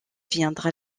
viendra